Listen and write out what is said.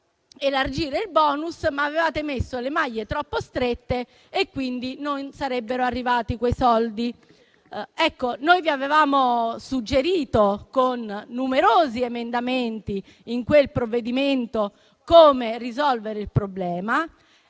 elargire il bonus; ma avevate messo le maglie troppo strette e, quindi, quei soldi non sarebbero arrivati. Noi vi avevamo suggerito con numerosi emendamenti in quel provvedimento come risolvere il problema e